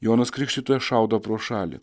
jonas krikštytojas šaudo pro šalį